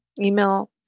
Email